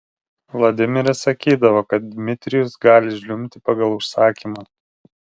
vladimiras sakydavo kad dmitrijus gali žliumbti pagal užsakymą